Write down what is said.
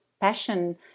passion